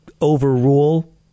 overrule